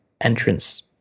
entrance